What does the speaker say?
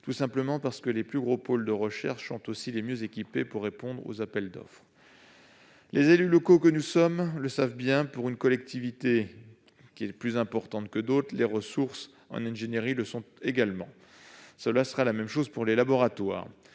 tout simplement parce que les plus gros pôles de recherche sont aussi les mieux équipés pour répondre aux appels d'offres. Les élus locaux que nous sommes savent bien qu'une collectivité plus importante que d'autres dispose de ressources en ingénierie également plus importantes ; ce sera la même chose pour les laboratoires.